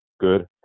good